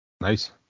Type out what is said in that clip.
Nice